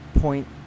Point